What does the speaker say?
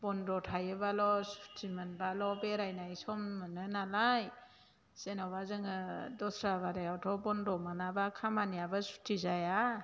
बन्द' थायोबाल' सुटि मोनबाल' बेरायनाय सम मोनो नालाय जेनेबा जोङो दस्रा बारायआवथ' बन्द' मोनाबा खामानियाबो सुटि जाया